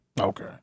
Okay